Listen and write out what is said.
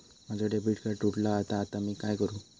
माझा debit card तुटला हा आता मी काय करू?